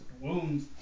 wounds